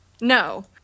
No